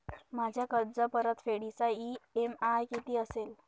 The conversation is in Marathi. माझ्या कर्जपरतफेडीचा इ.एम.आय किती असेल?